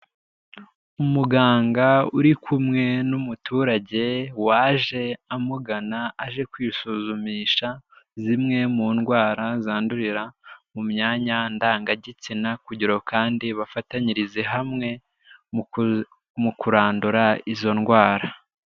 Umuganga uri kumwe n'umuturage waje amugana aje kwisuzumisha zimwe mu ndwara zandurira mu myanya ndangagitsina, kugira ngo kandi bafatanyirize hamwe mu kurandura izo ndwara.